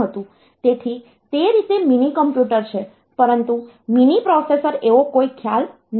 તેથી તે રીતે મિનીકોમ્પ્યુટર છે પરંતુ મિની પ્રોસેસર એવો કોઈ ખ્યાલ નથી